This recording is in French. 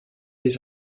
les